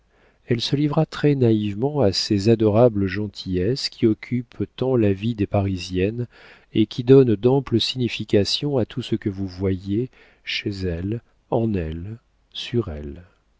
elle se livra très naïvement à ces adorables gentillesses qui occupent tant la vie des parisiennes et qui donnent d'amples significations à tout ce que vous voyez chez elles en elles sur elles